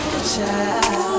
Child